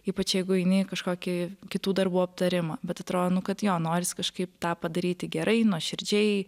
ypač jeigu eini į kažkokį kitų darbų aptarimą bet atro nu kad jo norisi kažkaip tą padaryti gerai nuoširdžiai